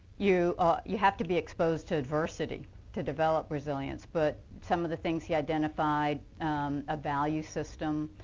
you ah you have to be exposed to adversity to develop resilience. but some of the things he identified of value system,